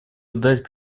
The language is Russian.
дать